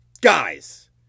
Guys